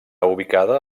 ubicada